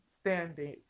standards